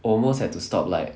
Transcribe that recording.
almost have to stop like